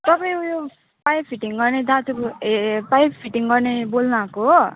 तपाईँ उयो pipe fitting गर्ने दाजु बो ए पाइप फिटिङ गर्ने बोल्नु भएको हो